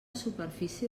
superfície